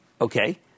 okay